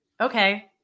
Okay